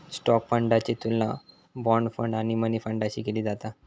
stock फंडाची तुलना bond fund आणि मनी फंडाशी केली जाता